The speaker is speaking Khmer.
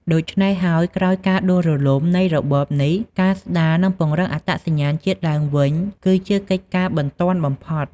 ដូច្នេះហើយ ក្រោយការដួលរលំនៃរបបនេះ ការស្ដារ និងពង្រឹងអត្តសញ្ញាណជាតិឡើងវិញគឺជាកិច្ចការបន្ទាន់បំផុត។